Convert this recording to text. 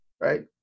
right